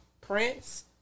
Prince